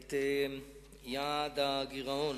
את יעד הגירעון